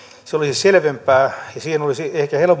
se olisi selvempää ja siihen olisi